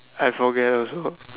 I forget also